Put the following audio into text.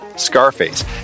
Scarface